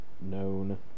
known